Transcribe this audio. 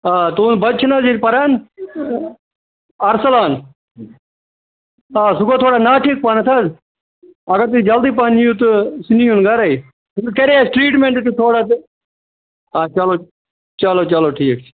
آ تُہُنٛد بَچہِ چھُ نہٕ حظ ییٚتہِ پَران اَرسلان آ سُہ گوٚو تھوڑا نا ٹھیٖک پَہمَتھ حظ اگر تُہۍ جلدی پَہم یِیو تہٕ سُہ نیٖوُن گَرَے تٔمِس کرے اَسہِ ٹرٛیٖٹمٮ۪نٛٹ تہٕ تھوڑا تہٕ آ چلو چلو چلو ٹھیٖک چھِ